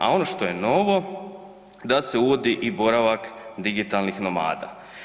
A ono što je novo da se uvodi i boravak digitalnih nomada.